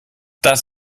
dass